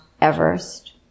Everest